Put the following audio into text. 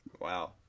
wow